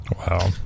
Wow